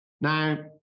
now